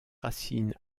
racines